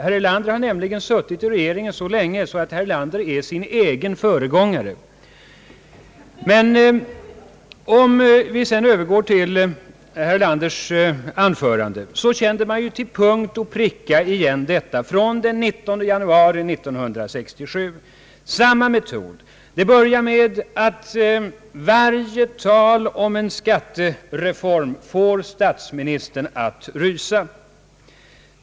Herr Erlander har nämligen suttit i regeringen så länge att herr Erlander är sin egen föregångare. Om vi sedan övergår till herr Erlan ders anförande så kände man ju till punkt och pricka igen det från den 19 januari 1967. Han använder samma metod. Det börjar med att varje tal om en skattereform får statsministern att rysa.